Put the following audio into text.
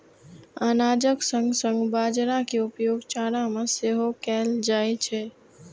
अनाजक संग संग बाजारा के उपयोग चारा मे सेहो कैल जाइ छै